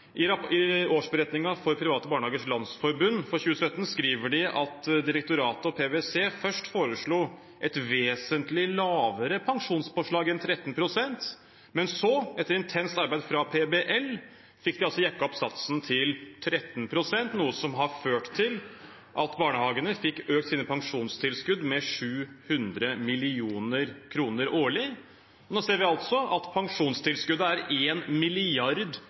I årsberetningen til Private Barnehagers Landsforbund, PBL, for 2017 skriver de at direktoratet og PwC først foreslo et vesentlig lavere pensjonspåslag enn 13 pst., men etter intenst arbeid fra PBL fikk de jekket opp satsen til 13 pst., noe som har ført til at barnehagene fikk økt sine pensjonstilskudd med 700 mill. kr årlig. Nå ser vi at pensjonstilskuddet er 1 mrd. kr høyere enn hva de faktisk har i pensjonsutgifter – en